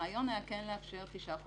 הרעיון היה לאפשר תשעה חודשים.